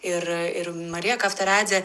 ir ir marija kavtaradze